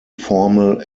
formal